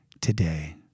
today